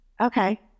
Okay